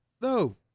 no